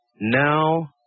now